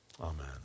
Amen